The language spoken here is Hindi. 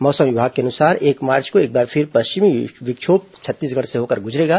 मौसम विभाग के अनुसार एक मार्च को एक बार फिर पश्चिमी विक्षोभ छत्तीसगढ़ से होकर गुजरेगा